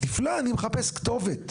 נפלא, אני מחפש כתובת